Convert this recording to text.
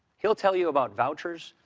he'll tell you about vouchers.